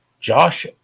Josh